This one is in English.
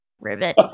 Rivet